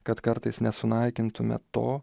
kad kartais nesunaikintume to